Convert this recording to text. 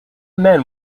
men